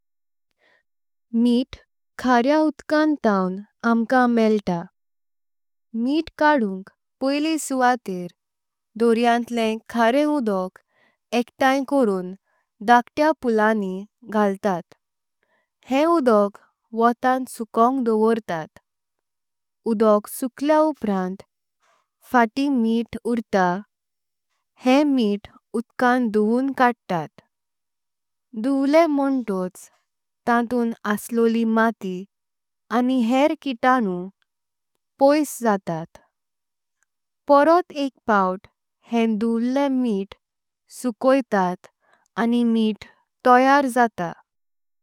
मित खऱेआ उदकांत थांव अंमकां मेळता। मित काढूंव पॉयले सुवातेर दोर्यांतलें खऱे। दक एकटांनीं करून धाकतेआ पूळांनीं। घालतात हे उदक वोतांत सुखांक दवर्तात। उदक सुखल्यां उपरांत फाटीं मित उरतां। हें मित उदकांत धुवून कडतात धुवलें । म्होंटोंच तांतूं अंसलोली माट्टी आनी हेर। किताण्णु पोईस जातात पोरॉट एक पाव्त। हें धुवल्लें मित सुखोइतात आनी मित तैयार जाता।